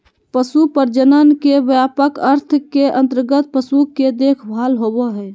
पशु प्रजनन के व्यापक अर्थ के अंतर्गत पशु के देखभाल होबो हइ